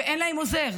ואין להם עוזר.